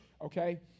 okay